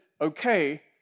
okay